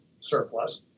surplus